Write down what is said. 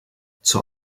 zur